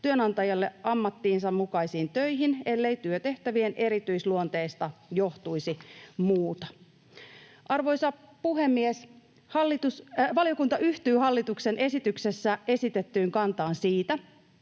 työnantajalle ammattinsa mukaisiin töihin, ellei työtehtävien erityisluonteesta johtuisi muuta. Arvoisa puhemies! Valiokunta yhtyy hallituksen esityksessä esitettyyn kantaan siitä,